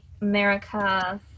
America